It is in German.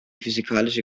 physikalische